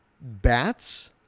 Bats